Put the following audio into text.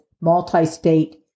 multi-state